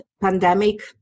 Pandemic